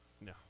no